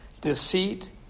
deceit